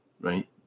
right